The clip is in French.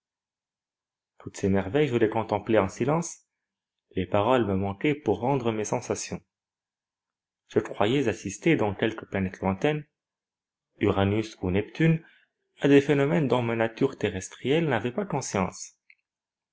toutes ces merveilles je les contemplais en silence les paroles me manquaient pour rendre mes sensations je croyais assister dans quelque planète lointaine uranus ou neptune à des phénomènes dont ma nature terrestrielle n'avait pas conscience